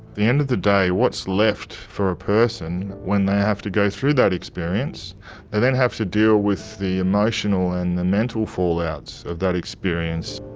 the end of the day, what's left for a person when they have to go through that experience and then have to deal with the emotional and mental fallout of that experience?